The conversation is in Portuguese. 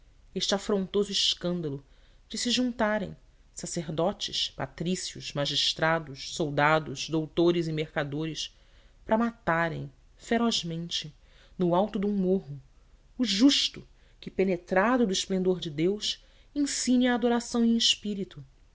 este afrontoso escândalo de se juntarem sacerdotes patrícios magistrados soldados doutores e mercadores para matarem ferozmente no alto de um morro o justo que penetrado do esplendor de deus ensine a adoração em espírito